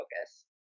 focus